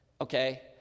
okay